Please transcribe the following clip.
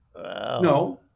no